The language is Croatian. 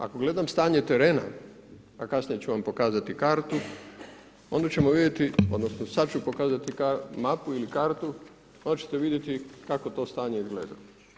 Ako gledam stanje terena, a kasnije ću vam pokazati kartu, onda ćemo vidjeti odnosno sada ću pokazati mapu ili kartu onda ćete vidjeti kako to stanje izgleda.